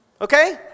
okay